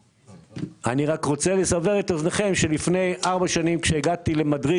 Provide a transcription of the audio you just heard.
אני רוצה לסבר את אוזניכם ולומר שלפני ארבע שנים כשהגעתי למדריד